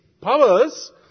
powers